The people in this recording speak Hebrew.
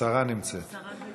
השרה שאיננה